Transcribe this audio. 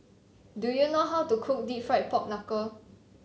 do you know how to cook deep fried Pork Knuckle